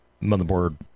motherboard